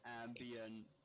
ambient